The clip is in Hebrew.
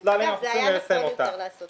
אגב, זה היה נכון יותר לעשות את זה.